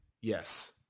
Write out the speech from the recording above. yes